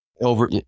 over